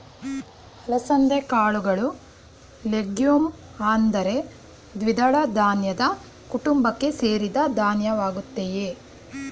ಅಲಸಂದೆ ಕಾಳುಗಳು ಲೆಗ್ಯೂಮ್ ಅಂದರೆ ದ್ವಿದಳ ಧಾನ್ಯದ ಕುಟುಂಬಕ್ಕೆ ಸೇರಿದ ಧಾನ್ಯವಾಗಯ್ತೆ